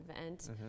event